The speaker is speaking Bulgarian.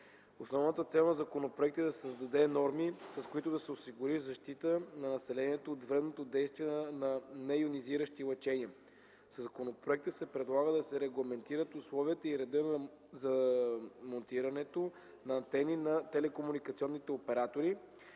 Основната цел на законопроекта е да създаде норми, с които да се осигури защита на населението от вредното въздействие на нейонизиращи лъчения. Със законопроекта се предлага да се регламентират условията и редът за монтирането на антени на телекомуникационните оператори,